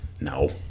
No